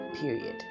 period